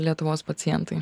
lietuvos pacientai